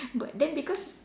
but then because